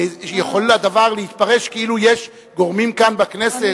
יכול הדבר להתפרש כאילו יש גורמים כאן בכנסת,